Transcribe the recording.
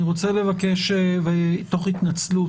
אני רוצה לבקש תוך התנצלות,